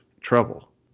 trouble